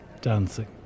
dancing